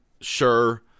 sure